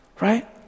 Right